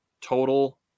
total